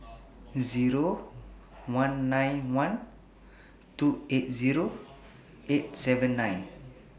Zero one nine one two eight Zero eight seven nine